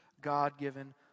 God-given